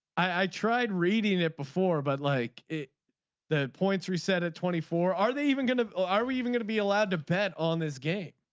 i tried reading it before but like it the points reset at twenty four. are they even going to or are we even going to be allowed to bet on this game.